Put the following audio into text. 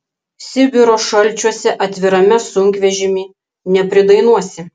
sibiro šalčiuose atvirame sunkvežimy nepridainuosi